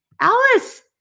Alice